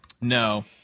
No